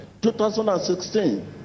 2016